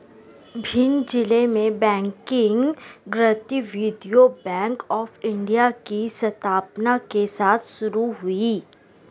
भिंड जिले में बैंकिंग गतिविधियां बैंक ऑफ़ इंडिया की स्थापना के साथ शुरू हुई